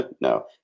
No